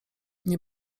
nie